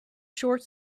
short